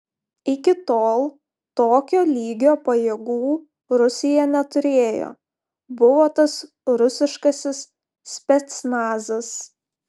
iki tol tokio lygio pajėgų rusija neturėjo buvo tas rusiškasis specnazas